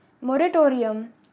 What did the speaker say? moratorium